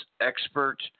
expert